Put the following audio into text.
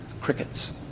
Crickets